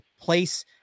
place